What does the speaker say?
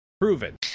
proven